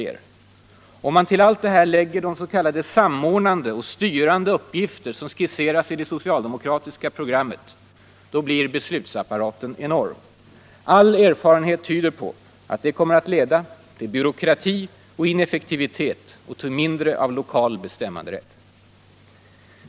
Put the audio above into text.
Och om vi till allt det här lägger de s.k. samordnande och styrande uppgifter som skisseras i det socialdemokratiska programmet så blir beslutsapparaten enorm. All erfarenhet tyder på att det kommer att leda till byråkrati och ineffektivitet — och till mindre av lokal bestämmanderätt.